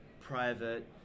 private